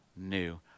new